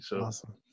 Awesome